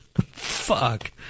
Fuck